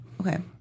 Okay